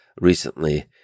recently